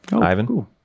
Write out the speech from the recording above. Ivan